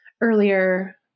earlier